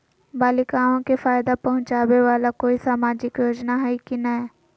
बालिकाओं के फ़ायदा पहुँचाबे वाला कोई सामाजिक योजना हइ की नय?